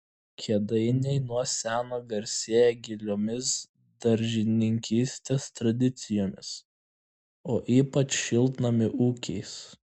kėdainiai nuo seno garsėja giliomis daržininkystės tradicijomis o ypač šiltnamių ūkiais